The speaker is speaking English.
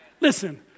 Listen